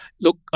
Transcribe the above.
look